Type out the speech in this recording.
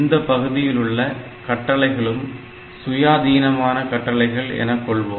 இந்த பகுதியிலுள்ள கட்டளைகளும் சுயாதீனமான கட்டளைகள் எனக் கொள்வோம்